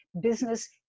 business